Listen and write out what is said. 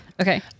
Okay